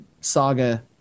saga